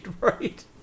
right